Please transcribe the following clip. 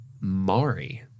Mari